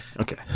Okay